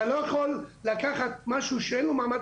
אתה לא יכול לקחת משהו שאין לו מעמד